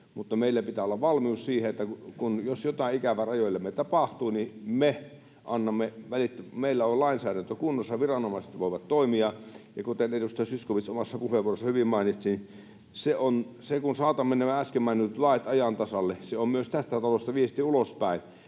meillä pitää olla valmius siihen, että jos jotain ikävää rajoillamme tapahtuu, niin meillä on lainsäädäntö kunnossa, viranomaiset voivat toimia. Ja kuten edustaja Zyskowicz omassa puheenvuorossaan hyvin mainitsi, se, kun saatamme nämä äsken mainitut lait ajan tasalle, on myös tästä talosta viesti ulospäin,